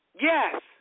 Yes